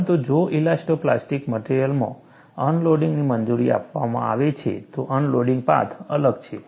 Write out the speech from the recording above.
પરંતુ જો elastoplastic મટિરિયલમાં અનલોડિંગની મંજૂરી આપવામાં આવે છે તો અનલોડિંગ પાથ અલગ છે